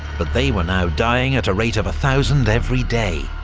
but they were now dying at a rate of a thousand every day,